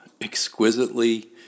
exquisitely